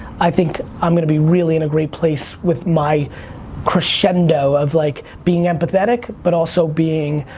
i think i'm gonna be really in a great place with my crescendo of like being empathetic but also being